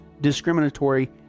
discriminatory